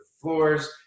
floors